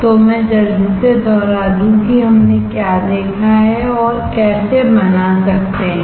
तो मैं जल्दी से दोहरा दूं कि हमने क्या देखा है और कैसे बना सकते हैं